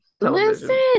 Listen